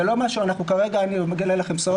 אני מגלה לכם סוד,